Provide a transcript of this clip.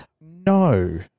No